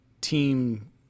team